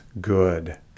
good